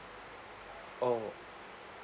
oh